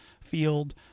field